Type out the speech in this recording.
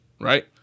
right